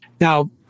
Now